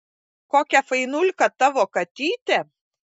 kokia fainulka tavo katytė